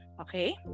Okay